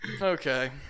okay